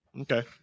Okay